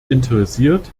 interessiert